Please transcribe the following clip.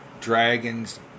Dragons